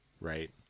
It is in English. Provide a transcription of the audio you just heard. right